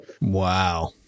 Wow